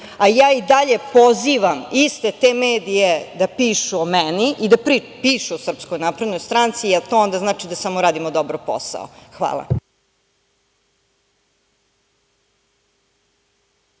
a ja i dalje pozivam iste te medije da pišu o meni i da pišu o SNS, jer to onda znači da samo radimo dobro posao. Hvala.